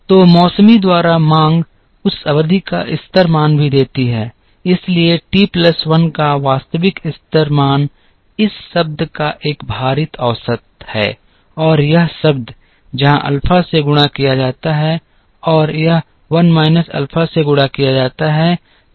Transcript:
तो मौसमी द्वारा मांग उस अवधि का स्तर मान भी देती है इसलिए t plus 1 का वास्तविक स्तर मान इस शब्द का एक भारित औसत है और यह शब्द जहाँ अल्फा से गुणा किया जाता है और यह 1 minus अल्फा से गुणा किया जाता है